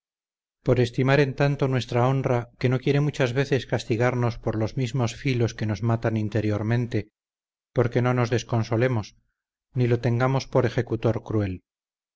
por estimar en tanto nuestra honra que no quiere muchas veces castigarnos por los mismos filos que nos matan interiormente porque no nos desconsolemos ni lo tengamos por ejecutor cruel